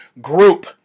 Group